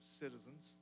citizens